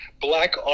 black